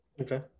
Okay